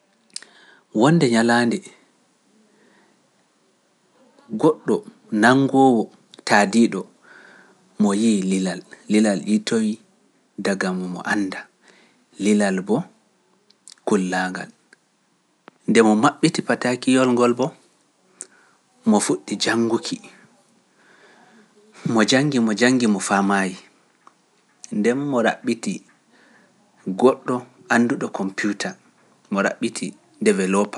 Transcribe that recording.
Wonde ñalaande goɗɗo nanngoowo taadiiɗo mo yiiyi lilal, lilal ittoyi dagam mo annda, lilal bo kullaangal, nde mo maɓɓiti pataaki yolngol bo, mo fuɗɗi jannguki, mo janngi mo janngi mo faa maayi. Ndeen mo raɓɓiti goɗɗo annduɗo kompiuta. Mo raɓɓiti dewelopa.